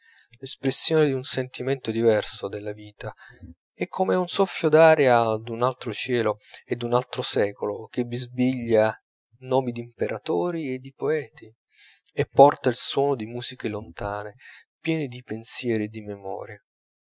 l'espressione di un sentimento diverso della vita e come un soffio d'aria d'un altro cielo e d'un altro secolo che bisbiglia nomi d'imperatori e di poeti e porta il suono di musiche lontane piene di pensieri e di memorie